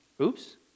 Oops